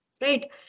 Right